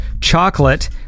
chocolate